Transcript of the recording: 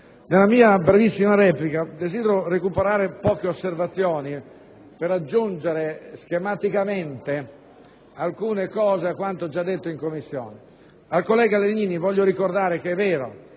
Nella mia brevissima replica desidero recuperare poche osservazioni per aggiungere schematicamente alcune cose a quanto già detto in Commissione. Al collega Legnini voglio ricordare che, è vero,